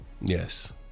yes